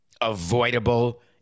avoidable